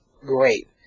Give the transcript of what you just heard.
great